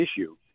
issue